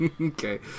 Okay